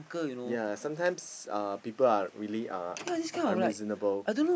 ya sometimes uh people are really uh unreasonable